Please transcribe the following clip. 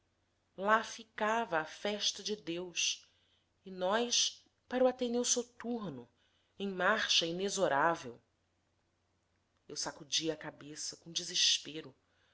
lá ficava a festa de deus e nós para o ateneu soturno em marcha inexorável eu sacudia a cabeça com desespero